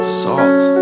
salt